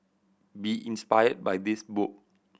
be inspired by this book